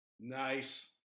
Nice